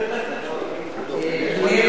תראו,